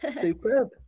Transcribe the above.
Superb